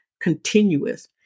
continuous